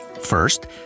First